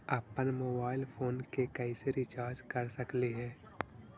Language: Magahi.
अप्पन मोबाईल फोन के कैसे रिचार्ज कर सकली हे?